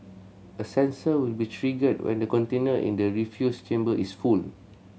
a sensor will be triggered when the container in the refuse chamber is full